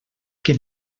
que